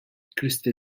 crystal